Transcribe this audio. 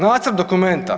Nacrt dokumenta.